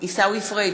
עיסאווי פריג'